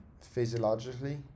physiologically